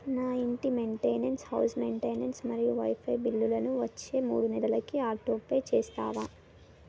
నా ఇంటి maintenance house maintenance మరియు వైఫై బిల్లులను వచ్చే మూడు నెలలకి ఆటోపే చేస్తావా